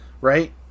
right